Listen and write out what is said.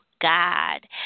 God